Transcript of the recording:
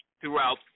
throughout